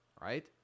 Right